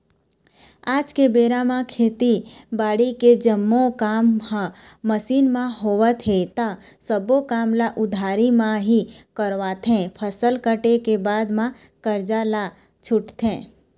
आज के बेरा म खेती बाड़ी के जम्मो काम ह मसीन म होवत हे ता सब्बो काम ल उधारी म ही करवाथे, फसल कटे के बाद म करजा ल छूटथे